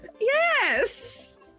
Yes